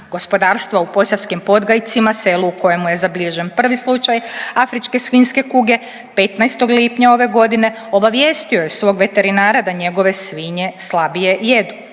gospodarstva u Posavskim Podgajcima, selu u kojemu je zabilježen prvi slučaj afričke svinjske kuge 15. lipnja ove godine obavijestio je svog veterinara da njegove svinje slabije jedu.